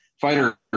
fighter